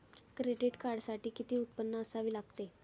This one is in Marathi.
क्रेडिट कार्डसाठी किती उत्पन्न असावे लागते?